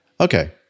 Okay